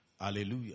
Hallelujah